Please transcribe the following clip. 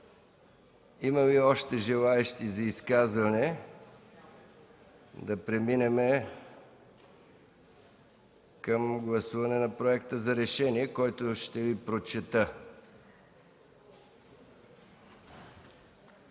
Има ли още желаещи за изказване? Няма. Да преминем към гласуване на Проекта за решение, който ще Ви прочета: